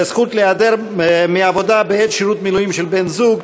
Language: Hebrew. זכות להיעדר מעבודה בעת שירות מילואים של בן-הזוג),